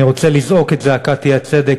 אני רוצה לזעוק את זעקת האי-צדק,